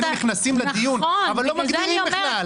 היינו נכנסים לדיון אבל בכלל לא מגדירים.